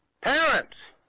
Parents